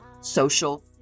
social